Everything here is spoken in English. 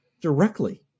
directly